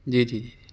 جی جی جی جی